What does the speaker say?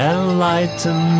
Enlighten